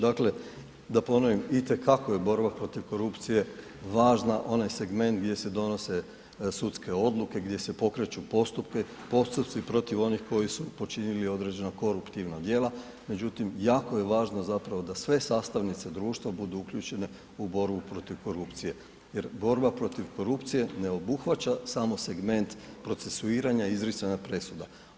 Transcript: Dakle, da ponovim, itekako je borba protiv korupcije važna, onaj segment gdje se donose sudske odluke, gdje se pokreću postupci protiv onih koji su počinili određena koruptivna djela, međutim, jako je važno zapravo da sve sastavnice društva budu uključene u borbu protiv korupcije jer borba protiv korupcije ne obuhvaća samo segment procesuiranja i izricanja presuda.